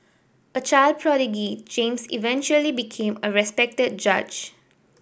a child prodigy James eventually became a respected judge